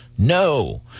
No